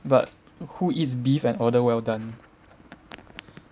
but who eats beef and order well done